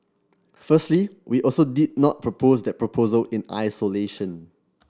firstly we also did not propose that proposal in isolation